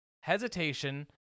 hesitation